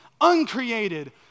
uncreated